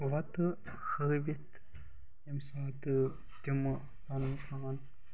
وَتہٕ ہٲوِتھ ییٚمہِ ساتہٕ تِمہٕ پَنُن پان